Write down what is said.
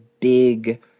big